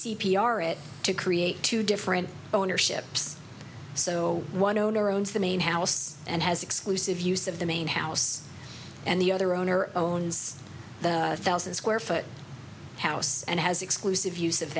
r it to create two different ownerships so one owner owns the main house and has exclusive use of the main house and the other owner owns a thousand square foot house and has exclusive use of